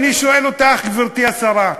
אני שואל אותך, גברתי השרה: